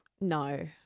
No